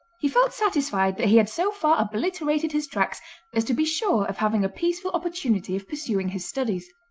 he felt satisfied that he had so far obliterated his tracks as to be sure of having a peaceful opportunity of pursuing his studies.